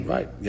Right